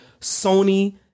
Sony